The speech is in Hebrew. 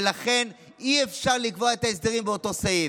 ולכן אי-אפשר לקבוע את ההסדרים באותו סעיף.